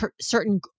certain